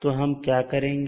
तो हम क्या करेंगे